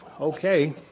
Okay